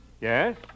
Yes